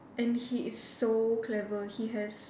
and he is so clever he has